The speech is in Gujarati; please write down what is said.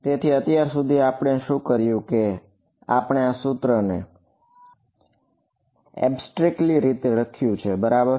તેથી અત્યાર સુધી આપણે શું કર્યું કે આપણે આ સૂત્રને ઍબ્સ્ટ્રેકટલી રીતે લખ્યું છે બરાબર